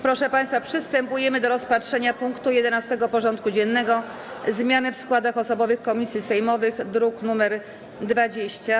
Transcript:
Przystępujemy do rozpatrzenia punktu 11. porządku dziennego: Zmiany w składach osobowych komisji sejmowych (druk nr 20)